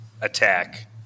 attack